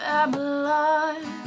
Babylon